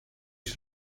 ich